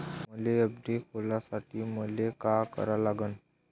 मले एफ.डी खोलासाठी मले का करा लागन?